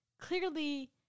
clearly